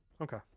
Okay